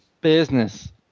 Business